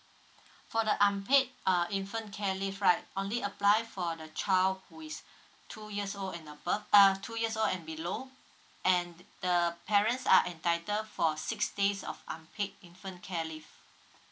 for the unpaid uh infant care leave right only apply for the child who is two years old and above uh two years old and below and the parents are entitled for six days of unpaid infant care leave